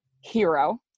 hero